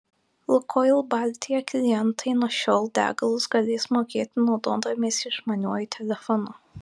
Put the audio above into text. lukoil baltija klientai nuo šiol degalus galės mokėti naudodamiesi išmaniuoju telefonu